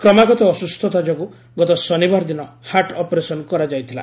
କ୍ରମାଗତ ଅସୁସ୍ଥତା ଯୋଗୁଁ ଗତ ଶନିବାର ଦିନ ହାର୍ଟ ଅପରେସନ୍ କରାଯାଇଥିଲା